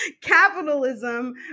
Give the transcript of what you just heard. capitalism